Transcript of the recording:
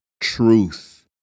truth